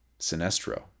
Sinestro